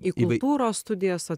į kultūros studijas